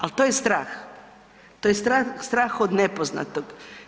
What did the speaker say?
Ali, to je strah, to je strah od nepoznatog.